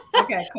Okay